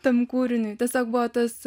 tam kūriniui tiesiog buvo tas